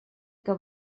que